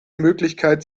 möglichkeit